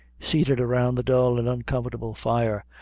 seated around the dull and uncomfortable fire,